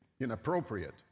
inappropriate